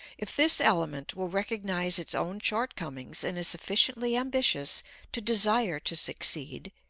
if this element will recognize its own shortcomings and is sufficiently ambitious to desire to succeed,